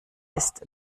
ist